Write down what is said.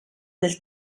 del